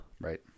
Right